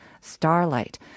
Starlight